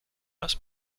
raz